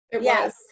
Yes